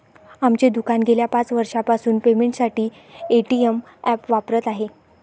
आमचे दुकान गेल्या पाच वर्षांपासून पेमेंटसाठी पेटीएम ॲप वापरत आहे